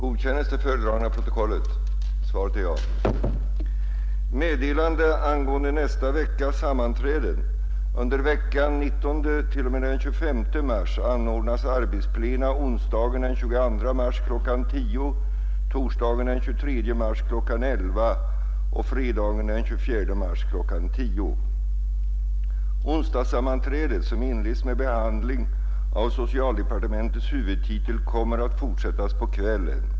Onsdagssammanträdet, som inleds med behandling av socialdepartementets huvudtitel, kommer att fortsättas på kvällen.